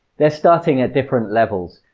they're starting at different levels.